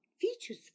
features